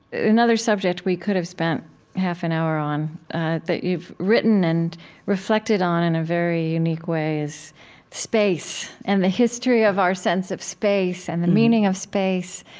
another subject we could have spent half an hour on that you've written and reflected on in a very unique way is space, and the history of our sense of space, and the meaning of space,